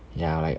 ya like